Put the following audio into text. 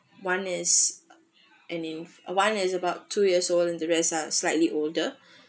one is an inf~ one is about two years old and the rest are slightly older